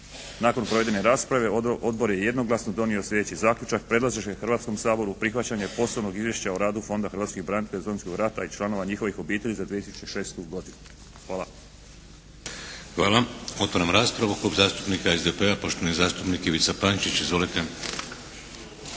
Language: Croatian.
Nakon provedene rasprave Odbor je jednoglasno donio sljedeći zaključak. Predlaže se Hrvatskom saboru prihvaćanje Poslovnog izvješća o radu Fonda hrvatskih branitelja iz Domovinskog rata i članova njihovih obitelji za 2006. godinu. Hvala. **Šeks, Vladimir (HDZ)** Hvala. Otvaram raspravu. Klub zastupnika SDP-a, poštovani zastupnik Ivica Pančić. Izvolite.